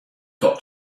got